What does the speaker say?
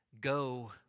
go